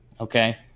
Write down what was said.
Okay